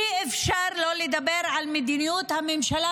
אי-אפשר לא לדבר על מדיניות הממשלה,